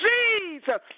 Jesus